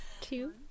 two